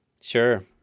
Sure